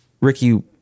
Ricky